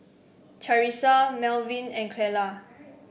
Charissa Melvyn and Clella